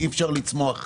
אי אפשר לצמוח כך.